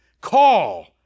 Call